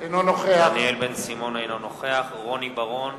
אינו נוכח רוני בר-און,